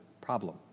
problem